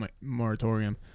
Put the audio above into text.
moratorium